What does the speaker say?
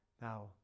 Now